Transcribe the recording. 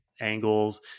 angles